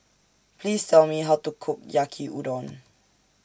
Please Tell Me How to Cook Yaki Udon